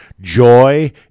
joy